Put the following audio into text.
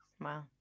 wow